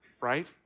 right